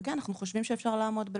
כן , אנחנו חושבים שאפשר לעמוד בלוח הזמנים.